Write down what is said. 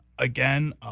Again